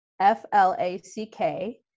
F-L-A-C-K